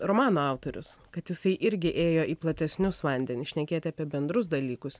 romano autorius kad jisai irgi ėjo į platesnius vandenis šnekėti apie bendrus dalykus